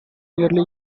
nearly